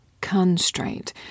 constraint